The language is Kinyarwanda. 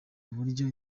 uburyo